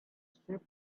ship